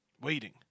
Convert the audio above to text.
Waiting